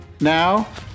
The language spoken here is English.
Now